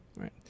Right